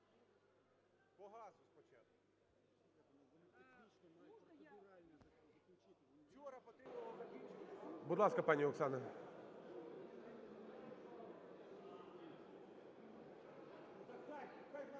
Будь ласка, пані Оксана.